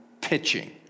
pitching